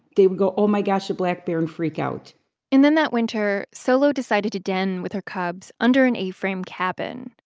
they would go, oh, my gosh, a black bear and freak out and then that winter, solo decided to den with her cubs under an a-frame cabin.